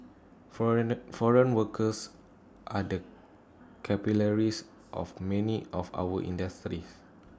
foreigner foreign workers are the capillaries of many of our industries